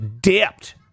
dipped